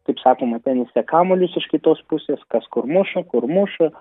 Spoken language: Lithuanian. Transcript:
kaip sakoma tenise kamuolius iš kitos pusės kas kur muša kur muša